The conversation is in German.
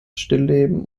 stillleben